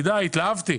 והתלהבתי.